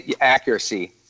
Accuracy